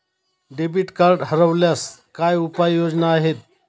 Debit card हरवल्यास काय उपाय योजना आहेत?